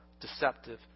deceptive